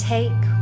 take